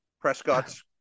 Prescott's